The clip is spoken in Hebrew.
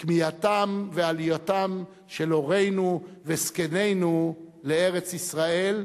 כמיהתם ועלייתם של הורינו וזקנינו לארץ-ישראל,